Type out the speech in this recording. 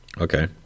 Okay